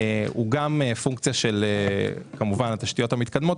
הוא פונקציה של תחרותיות,